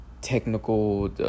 Technical